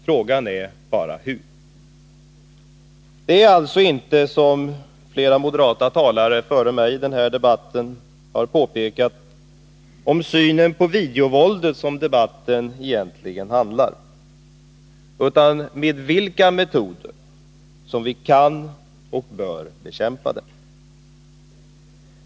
Frågan är bara hur det kan ske. Som flera moderata talare före mig här har påpekat är det alltså inte om synen på videovåldet som den här debatten egentligen handlar utan om vilka metoder vi kan och bör använda för att bekämpa det.